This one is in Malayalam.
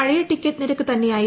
പഴയ ടിക്കറ്റ് നിരുക്ക് ത്ന്നെയാണ്